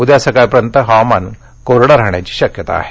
उद्या सकाळपर्यंत हवामान कोरडं राहण्याची शक्यता आहे